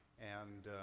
and